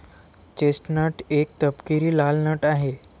chestnut एक तपकिरी लाल नट आहे